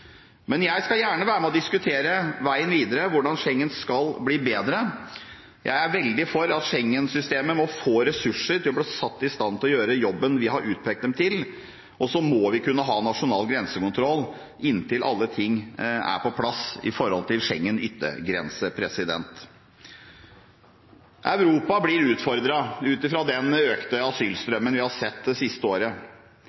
Men jeg skal gjerne være med og diskutere veien videre, hvordan Schengen skal bli bedre. Jeg er veldig for at Schengen-systemet må få ressurser til å bli satt i stand til å gjøre jobben vi har utpekt det til, og så må vi kunne ha nasjonal grensekontroll inntil alle ting er på plass ved Schengens yttergrense. Europa blir utfordret av den økte